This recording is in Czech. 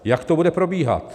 Jak to bude probíhat?